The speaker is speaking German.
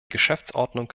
geschäftsordnung